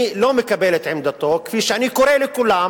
אני לא מקבל את עמדתו, כפי שאני קורא לכולם